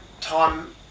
time